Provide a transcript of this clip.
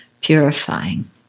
purifying